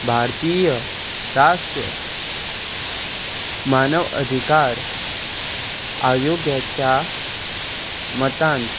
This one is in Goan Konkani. भारतीय राष्ट्र मानव अधिकार आयोग्याच्या मतान